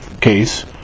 case